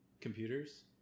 computers